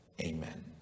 Amen